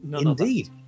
indeed